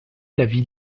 l’avis